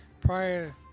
prior